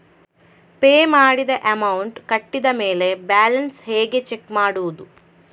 Pay ಮಾಡಿದ amount ಕಟ್ಟಿದ ಮೇಲೆ ಬ್ಯಾಲೆನ್ಸ್ ಹೇಗೆ ಚೆಕ್ ಮಾಡುವುದು?